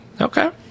okay